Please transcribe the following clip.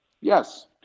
Yes